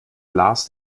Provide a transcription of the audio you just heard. lars